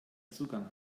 zugang